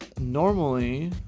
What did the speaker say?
normally